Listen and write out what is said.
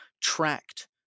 tracked